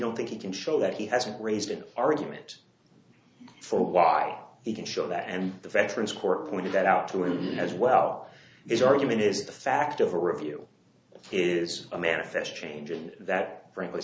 don't think you can show that he hasn't raised an argument for why he didn't show that and the veterans court pointed that out to him as well his argument is the fact of a review is a manifest change and that frankly